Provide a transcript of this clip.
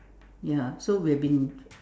ya so we've been